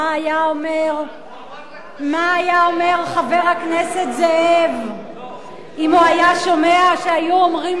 מה היה אומר חבר הכנסת זאב אם הוא היה שומע שהיו אומרים